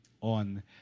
on